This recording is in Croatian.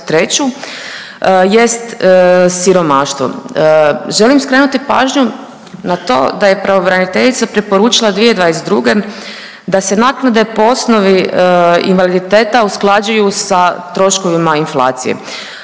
2023. jest siromaštvo. Želim skrenuti pažnju na to da je pravobraniteljica preporučila 2022. da se naknade po osnovi invaliditeta usklađuju sa troškovima inflacije.